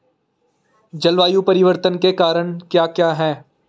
जलवायु परिवर्तन के कारण क्या क्या हैं?